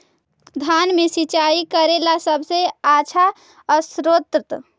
धान मे सिंचाई करे ला सबसे आछा स्त्रोत्र?